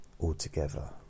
Altogether